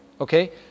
Okay